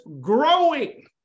growing